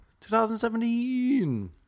2017